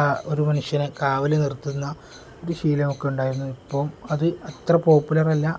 ആ ഒരു മനുഷ്യനെ കാവൽ നിർത്തുന്ന ഒരു ശീലം ഒക്കെ ഉണ്ടായിരുന്നു ഇപ്പം അത് അത്ര പോപ്പുലറല്ല